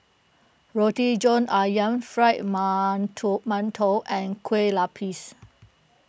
Roti John Ayam Fried Mantou Mantou and Kueh Lupis